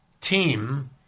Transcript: team